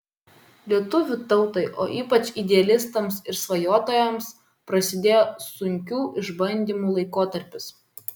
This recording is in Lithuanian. lietuvių tautai o ypač idealistams ir svajotojams prasidėjo sunkių išbandymų laikotarpis